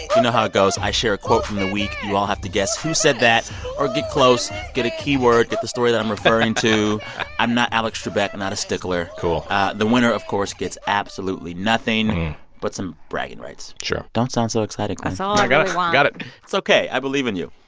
and goes. i share a quote from the week. you all have to guess who said that or get close get a key word, get the story that i'm referring to i'm not alex trebek. i'm not a stickler cool the winner of course gets absolutely nothing but some bragging rights sure don't sound so excited that's all i really want got it it's ok. i believe in you.